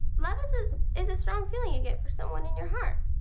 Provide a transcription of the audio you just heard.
love is ah is a strong feeling you get for someone in your heart.